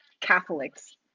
Catholics